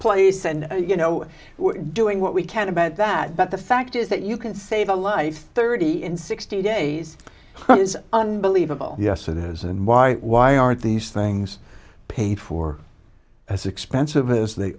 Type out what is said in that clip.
place and you know we're doing what we can about that but the fact is that you can save a life thirty in sixty days is unbelievable yes it is and why why aren't these things paid for as expensive as they